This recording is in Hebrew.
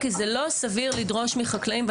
כי זה לא סביר לדרוש מחקלאים.